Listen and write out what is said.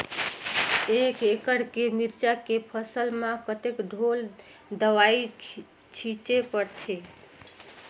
एक एकड़ के मिरचा के फसल म कतेक ढोल दवई छीचे पड़थे?